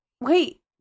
Wait